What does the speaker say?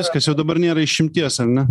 viskas jau dabar nėra išimties ar ne